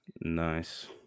Nice